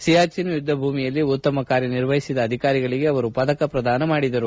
ಸಿಯಾಚಿನ್ ಯುದ್ದ ಭೂಮಿಯಲ್ಲಿ ಉತ್ತಮ ಕಾರ್ಯ ನಿರ್ವಹಿಸಿದ ಅಧಿಕಾರಿಗಳಿಗೆ ಅವರು ಪದಕ ಪ್ರದಾನ ಮಾಡಿದರು